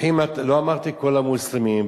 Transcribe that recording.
לא אמרתי כל המוסלמים,